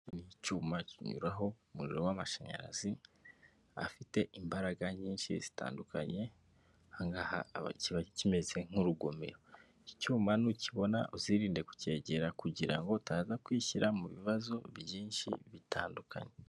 Icyuma kinyuraho umuriro w'amashanyarazi, afite imbaraga nyinshi zitandukanye, aha ngaha kiba kimeze nk'urugomero, iki icyuma nukibona uzirinde kucyegera kugira ngo utaza kwishyira mu bibazo byinshi bitandukanye.